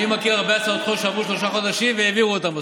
אני מכיר הרבה הצעות חוק שעברו שלושה חודשים והעבירו אותן בסוף.